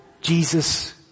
Jesus